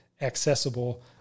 accessible